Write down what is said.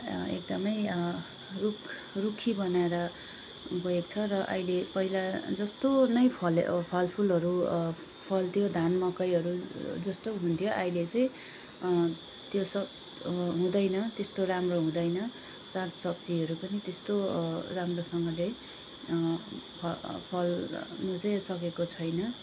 एकदमै रुख रुखी बनाएर गएको छ र अहिले पहिला जस्तो नै फल्यो फलफुलहरू फल्थ्यो धान मकैहरू जस्तो हुन्थ्यो अहिले चाहिँ त्यो सब हुँदैन त्यस्तो राम्रो हुँदैन सागसब्जीहरू पनि त्यस्तो राम्रोसँगले फल फल्नु चाहिँ सकेको छैन